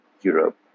Europe